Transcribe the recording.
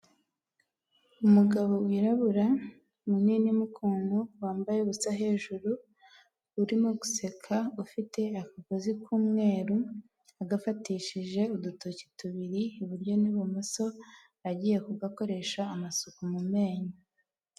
Umugabo wirabura munini mo ukuntu wambaye ubusa hejuru urimo guseka ufite akagozi k'umweru agafatishije udutoki tubiri iburyo n'ibumoso agiye ku akoresha amasuku mu menyo.